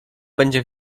będzie